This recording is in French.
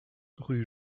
rue